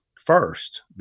first